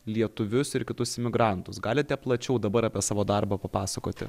lietuvius ir kitus imigrantus galite plačiau dabar apie savo darbą papasakoti